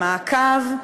למעקב,